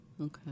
Okay